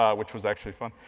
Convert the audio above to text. ah which was actually fun.